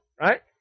Right